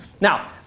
Now